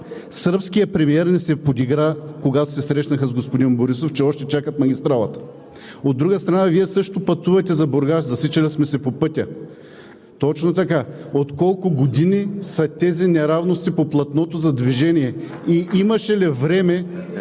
сръбският премиер ни се подигра, когато се срещнаха с господин Борисов, че още чакат магистралата. От друга страна, Вие също пътувате за Бургас – засичали сме се по пътя. От колко години са тези неравности по платното за движение? Имаше ли време